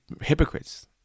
hypocrites